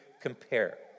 compare